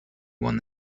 one